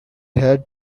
had